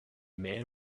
man